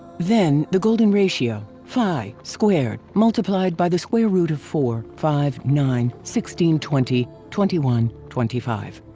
then, the golden ratio, phi, squared, multiplied by the square root of four, five, nine, sixteen, twenty, twenty one, twenty five.